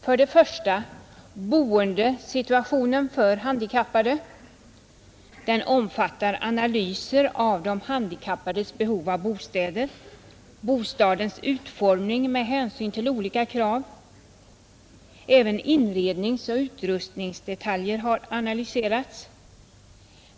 För det första är det boendesituationen för handikappade. Den omfattar analyser av de handikappades behov av bostäder och bostadens utformning med hänsyn till olika krav. Även inredningsoch utrustningsdetaljer har analyserats.